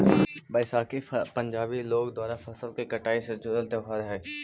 बैसाखी पंजाबी लोग द्वारा फसल के कटाई से जुड़ल त्योहार हइ